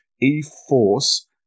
e-force